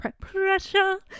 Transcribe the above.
pressure